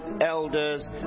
elders